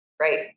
right